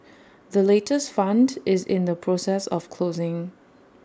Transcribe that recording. the latest fund is in the process of closing